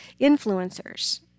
influencers